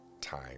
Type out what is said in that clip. time